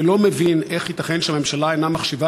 ולא מבין איך ייתכן שהממשלה אינה מחשיבה